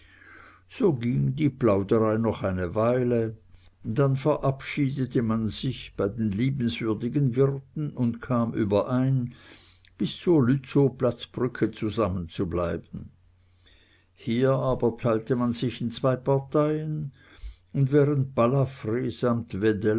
so ging die plauderei noch eine weile dann verabschiedete man sich bei den liebenswürdigen wirten und kam überein bis zur lützowplatzbrücke zusammenzubleiben hier aber teilte man sich in zwei parteien und während balafr